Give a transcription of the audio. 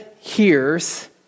hears